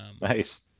Nice